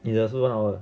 你的是不是 one hour